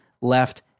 left